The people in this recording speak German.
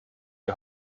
die